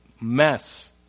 mess